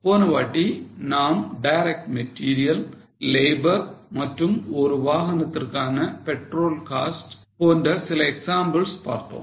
போனவாட்டி நாம் direct material labour மற்றும் ஒரு வாகனத்திற்கான petrol cost போன்ற சில எக்ஸாம்பிள்ஸ் பார்த்தோம்